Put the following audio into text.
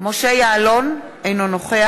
מצביעה משה יעלון, אינו נוכח